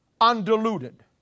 undiluted